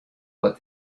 what